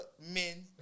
men